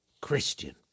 Christian